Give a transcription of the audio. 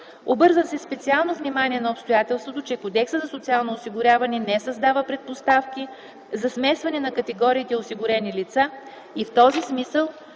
Обърна се специално внимание на обстоятелството, че Кодексът за социално осигуряване не създава предпоставки за смесване на категориите осигурени лица и в този смисъл,